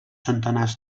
centenars